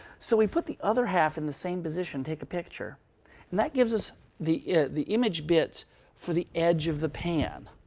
so we put the other half in the same position and take a picture that gives us the the image bit for the edge of the pan.